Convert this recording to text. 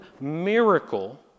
miracle